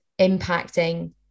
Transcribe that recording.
impacting